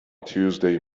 tuesday